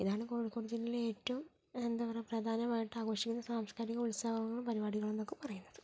ഇതാണ് കോഴിക്കോട് ജില്ലയിലെ ഏറ്റവും എന്താ പറയുക പ്രധാനമായിട്ടും ആഘോഷിക്കുന്ന സാംസ്കാരിക ഉത്സവങ്ങളും പരിപാടികളും എന്നൊക്കെ പറയുന്നത്